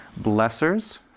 Blessers